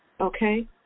Okay